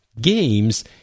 games